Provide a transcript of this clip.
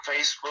Facebook